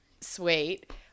sweet